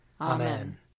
Amen